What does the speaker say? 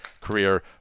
career